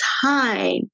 time